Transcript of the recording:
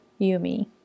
Yumi